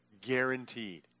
guaranteed